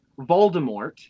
Voldemort